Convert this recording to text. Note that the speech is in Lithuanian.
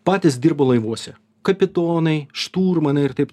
patys dirbo laivuose kapitonai šturmanai ir taip